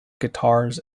guitars